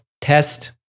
test